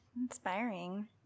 Inspiring